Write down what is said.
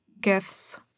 Gifts